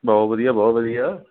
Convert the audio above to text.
ਬਹੁਤ ਵਧੀਆ ਬਹੁਤ ਵਧੀਆ